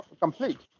complete